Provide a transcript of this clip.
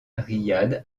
riyad